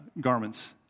garments